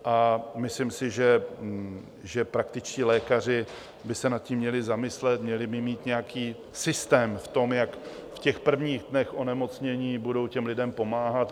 A myslím si, že by se praktičtí lékaři nad tím měli zamyslet, měli by mít nějaký systém v tom, jak v prvních dnech onemocnění budou lidem pomáhat.